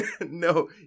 no